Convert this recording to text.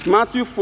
Matthew